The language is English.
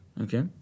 Okay